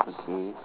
okay